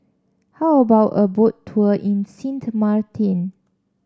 how about a Boat Tour in Sint Maarten